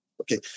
Okay